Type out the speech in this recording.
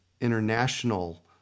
International